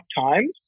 times